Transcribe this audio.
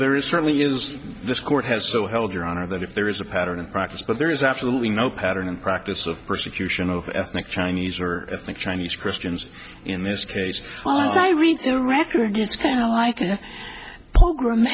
there is certainly is this court has so held your honor that if there is a pattern in practice but there is absolutely no pattern and practice of persecution of ethnic chinese or ethnic chinese christians in this case was i read the record it's kind of like a p